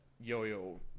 Yo-Yo